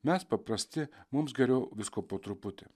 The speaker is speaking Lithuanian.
mes paprasti mums geriau visko po truputį